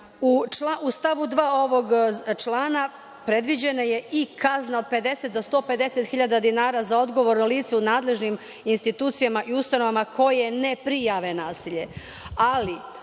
5.U stavu 2. ovog člana predviđena je i kazna od 50 do 150 hiljada dinara za odgovorno lice u nadležnim institucijama i ustanovama koje ne prijave nasilje.